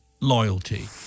loyalty